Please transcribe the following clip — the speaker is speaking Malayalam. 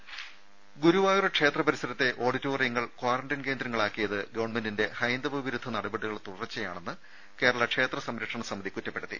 രുമ ഗുരുവായൂർ ക്ഷേത്ര പരിസരത്തെ ഓഡിറ്റോറിയങ്ങൾ ക്വാറന്റൈൻ കേന്ദ്രങ്ങളാക്കിയത് ഗവൺമെന്റിന്റെ ഹൈന്ദവ വിരുദ്ധ നടപടികളുടെ തുടർച്ചയാണെന്ന് കേരളാ ക്ഷേത്ര സംരക്ഷണ സമിതി കുറ്റപ്പെടുത്തി